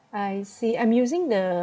I see I'm using the